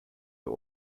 der